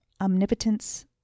omnipotence